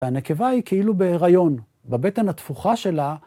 והנקבה היא כאילו בהיריון, בבטן התפוחה שלה